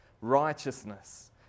righteousness